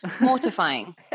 Mortifying